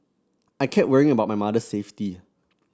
I kept worrying about my mother safety